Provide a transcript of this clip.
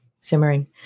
simmering